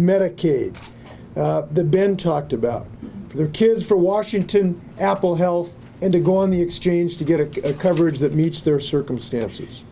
medicaid the been talked about their kids for washington apple health and to go on the exchange to get a coverage that meets their circumstances